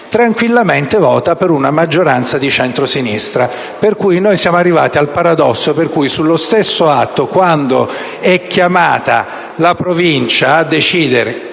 tranquillamente per una maggioranza di centrosinistra. Siamo arrivati al paradosso per cui sullo stesso atto, quando è chiamata la Provincia a decidere